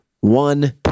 one